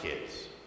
kids